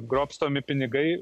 grobstomi pinigai